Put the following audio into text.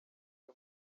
cyo